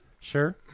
Sure